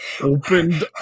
Opened